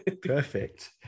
Perfect